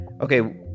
okay